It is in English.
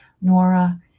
Nora